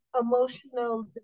emotional